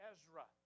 Ezra